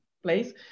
place